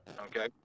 okay